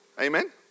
Amen